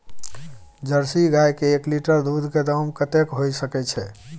Jersey गाय के एक लीटर दूध के दाम कतेक होय सके छै?